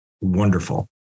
wonderful